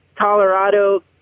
Colorado